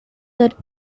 that